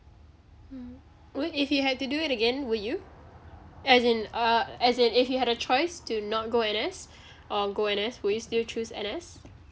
mm would if you had to do it again would you as in uh as in if you had a choice to not go N_S or go N_S would you still choose N_S